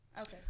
Okay